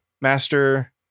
Master